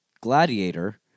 Gladiator